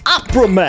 Opera